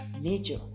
nature